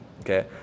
Okay